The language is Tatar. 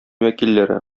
вәкилләре